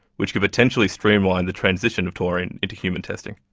which could potentially streamline the transition of taurine into human testing.